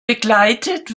begleitet